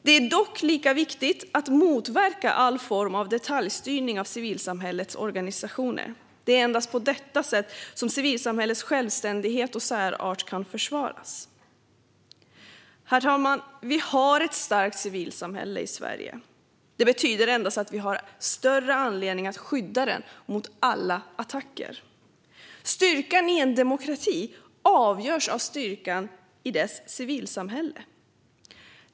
Det är dock lika viktigt att motverka all form av detaljstyrning av civilsamhällets organisationer. Det är endast på detta sätt som civilsamhällets självständighet och särart kan försvaras. Herr talman! Vi har ett starkt civilsamhälle i Sverige. Det betyder att vi har desto större anledning att skydda det mot alla attacker. Styrkan i en demokrati avgörs av styrkan i dess civilsamhälle.